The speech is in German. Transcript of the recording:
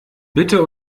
bitte